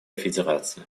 федерация